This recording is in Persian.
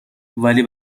ولی